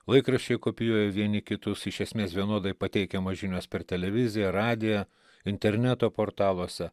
laikraščiai kopijuoja vieni kitus iš esmės vienodai pateikiamos žinios per televiziją radiją interneto portaluose